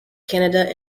canada